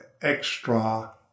extra